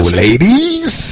ladies